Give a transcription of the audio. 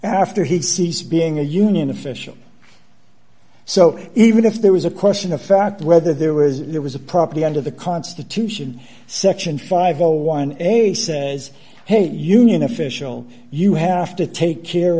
after he ceased being a union official so even if there was a question of fact whether there was there was a property under the constitution section five or one a says hey union official you have to take care